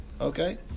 Okay